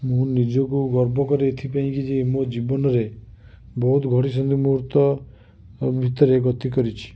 ମୁଁ ନିଜକୁ ଗର୍ବ କରେ ଏଥିପାଇଁ କି ଯେ ମୋ ଜୀବନରେ ବହୁତ ଘଡ଼ିସନ୍ଧି ମୁହୂର୍ତ୍ତ ଭିତରେ ଗତି କରିଛି